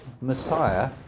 Messiah